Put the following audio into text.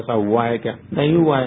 ऐसा हुआ है क्या नहीं हुआ है